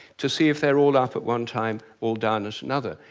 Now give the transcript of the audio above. to see if they're all up at one time, all down at another.